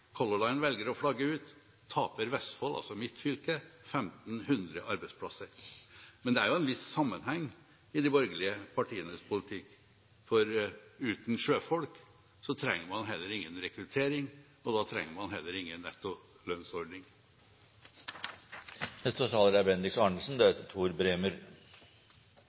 Color Line velger å flagge ut, taper Vestfold – altså mitt fylke – 1 500 arbeidsplasser. Men det er jo en viss sammenheng i de borgerlige partienes politikk, for uten sjøfolk trenger man heller ingen rekruttering, og da trenger man heller ingen